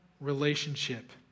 relationship